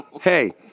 Hey